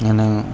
અને